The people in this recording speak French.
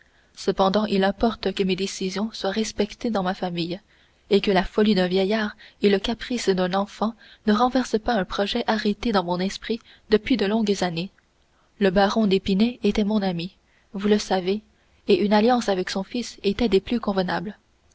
cependant il importe que mes décisions soient respectées dans ma famille et que la folie d'un vieillard et le caprice d'un enfant ne renversent pas un projet arrêté dans mon esprit depuis de longues années le baron d'épinay était mon ami vous le savez et une alliance avec son fils était des plus convenables